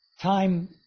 time